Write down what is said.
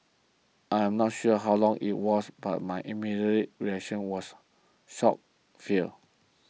I am not sure how long it was but my immediate reaction was shock fear